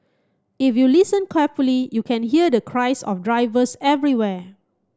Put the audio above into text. if you listen carefully you can hear the cries of drivers everywhere